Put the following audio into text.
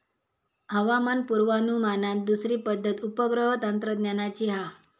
हवामान पुर्वानुमानात दुसरी पद्धत उपग्रह तंत्रज्ञानाची हा